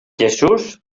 jesús